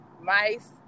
mice